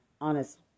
honest